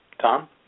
Tom